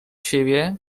siebie